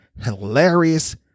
hilarious